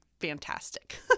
fantastic